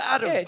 Adam